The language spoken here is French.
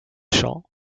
champs